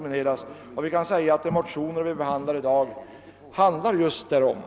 Man kan säga att de motioner vi i dag behandlar rör just den frågan.